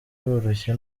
woroshye